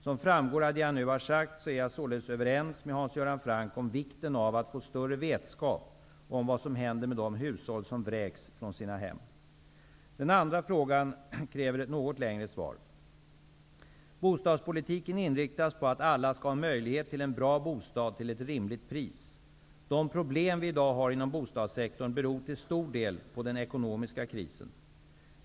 Som framgår av det jag nu har sagt är jag således överens med Hans Göran Franck om vikten av att få större vetskap om vad som händer med de hushåll som vräks från sina hem. Den andra frågan kräver ett något längre svar. Bostadspolitiken inriktas på att alla skall ha möjlighet till en bra bostad till ett rimligt pris. De problem vi i dag har inom bostadssektorn beror till stor del på den ekonomiska krisen.